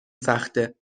سخته